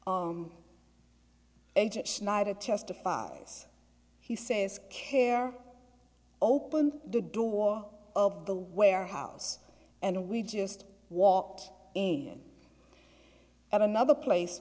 it testifies he says care opened the door of the warehouse and we just walked in at another place